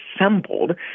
assembled